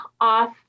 off